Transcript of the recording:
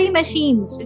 machines